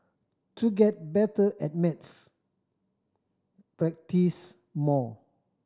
to get better at maths practise more